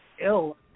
ill